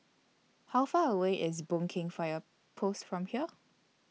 How Far away IS Boon Keng Fire Post from here